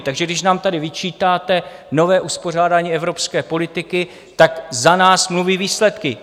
Takže když nám tady vyčítáte nové uspořádání evropské politiky, tak za nás mluví výsledky.